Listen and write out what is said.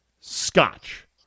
scotch